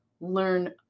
learn